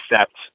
accept